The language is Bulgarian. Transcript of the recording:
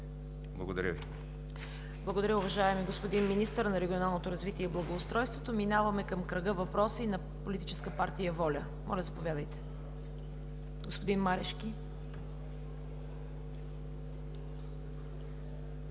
Благодаря Ви, уважаеми господин Министър на регионалното развитие и благоустройството. Минаваме към кръга въпроси на Политическа партия „Воля“. Моля заповядайте, господин Марешки. ВЕСЕЛИН